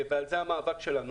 ועל הדברים האלה המאבק שלנו.